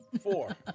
Four